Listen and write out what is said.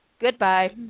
Goodbye